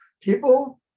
people